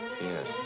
Yes